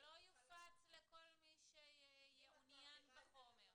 את זה --- זה לא יופץ לכל מי שיהיה מעוניין בחומר.